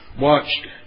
watched